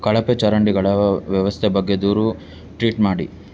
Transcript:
ಕಳಪೆ ಚರಂಡಿಗಳ ವ್ಯವಸ್ಥೆ ಬಗ್ಗೆ ದೂರು ಟ್ವೀಟ್ ಮಾಡಿ